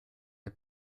der